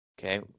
Okay